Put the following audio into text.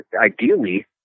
ideally